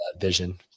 vision